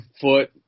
foot